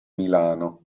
milano